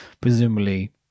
presumably